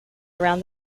around